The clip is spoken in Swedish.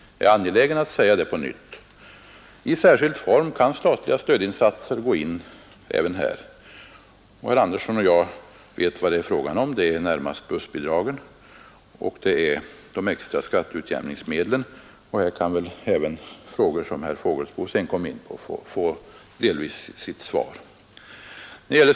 Jag är angelägen att säga det på nytt. I särskild form kan statliga stödinsatser gå in även här. Herr Andersson i Örebro och jag vet vad det är frågan om. Det är närmast bussbidraget, och det är de extra skatteutjämningsmedlen. Och här kan även frågor som dem herr Fågelsbo sedan kom in på delvis få sitt svar.